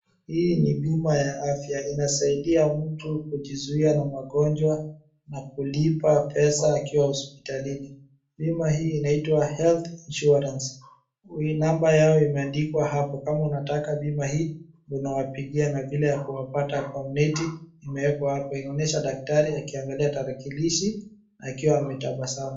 Hii ni bima ya afya. Inasaidia mtu kujizuia na magonjwa, na kulipa pesa akiwa hospitalini. Bima hii inaitwa Health Insurance. Hii namba yao imeandikwa hapo. Kama unataka bima hii, unawapigia na vile ya kuwapata kwa mneti imeekwa hapo. Inaonyesha daktari akiangalia tarakilishi akiwa ametabasamu.